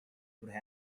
would